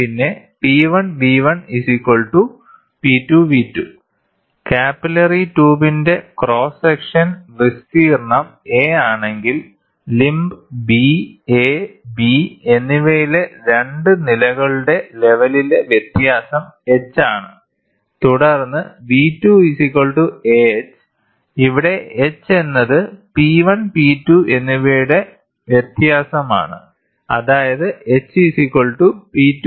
പിന്നെ P1V1P2V2 capillary ട്യൂബിന്റെ cross section വിസ്തീർണ്ണം a ആണെങ്കിൽ ലിംമ്പ് B A B എന്നിവയിലെ 2 നിരകളുടെ ലെവലിലെ വ്യത്യാസം h ആണ് തുടർന്ന്V2 ah ഇവിടെ h എന്നത് P1 P2 എന്നിവയുടെ വ്യത്യാസമാണ് അതായത് h P2 P1